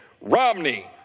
Romney